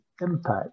impact